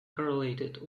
correlated